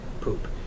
poop